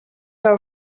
are